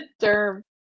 term